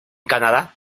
canadá